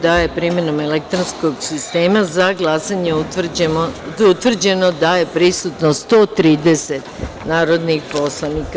da je primenom elektronskog sistema za glasanje utvrđeno da je prisutno 130 narodnih poslanika.